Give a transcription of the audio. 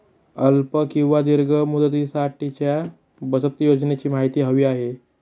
अल्प किंवा दीर्घ मुदतीसाठीच्या बचत योजनेची माहिती हवी आहे